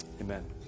Amen